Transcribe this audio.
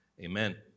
Amen